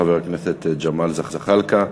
חבר הכנסת ג'מאל זחאלקה.